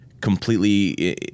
completely